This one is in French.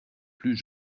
plus